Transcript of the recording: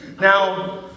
Now